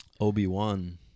obi-wan